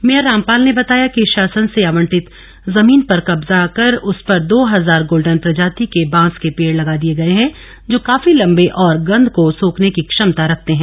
mayor Rampal ने बताया कि शासन से आवंटित जमीन पर कब्जाकर उस पर दो हजार गोल्डन प्रजाति के बांस के पेड लगा दिये गए हैं जो काफी लम्बे और गंध को सोखने की क्षमता रखते हैं